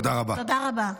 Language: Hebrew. תודה רבה.